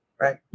Right